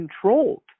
controlled